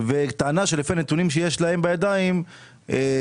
וטענה שלפי הנתונים שיש להם בידיים לכאורה